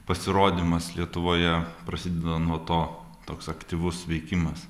pasirodymas lietuvoje prasideda nuo to toks aktyvus veikimas